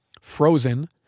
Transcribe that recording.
frozen